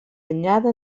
anyada